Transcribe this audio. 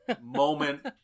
moment